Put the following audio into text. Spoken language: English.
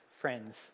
friends